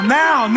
now